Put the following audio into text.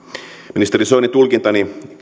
ministeri soini tulkintani